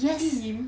team